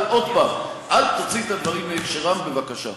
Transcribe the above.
אל, עוד פעם, אל תוציא את הדברים מהקשרם בבקשה.